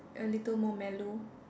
a little more mellow